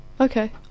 Okay